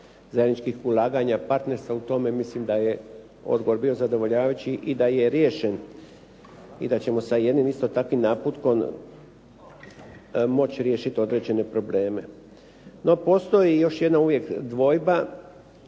zajedničkih ulaganja, partnerstva u tome mislim da je odgovor bio zadovoljavajući i da je riješen. I da ćemo sa jednim isto takvim naputkom moći riješiti određene probleme. No, postoji još jedna uvijek dvojba